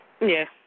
Yes